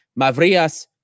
Mavrias